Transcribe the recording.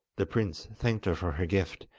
the prince thanked her for her gift,